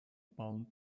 palm